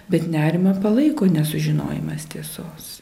bet nerimą palaiko nesužinojimas tiesos